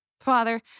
Father